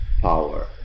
power